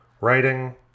Writing